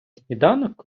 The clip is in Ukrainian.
сніданок